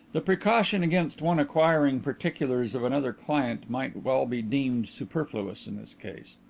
the precaution against one acquiring particulars of another client might well be deemed superfluous in his case.